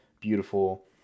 beautiful